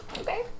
okay